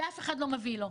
ואף אחד לא מביא לו.